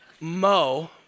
Mo